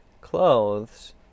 Clothes